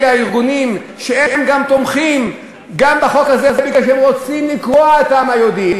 אלה הארגונים שגם תומכים בחוק הזה מפני שהם רוצים לקרוע את העם היהודי.